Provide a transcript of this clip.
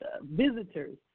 visitors